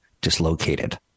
dislocated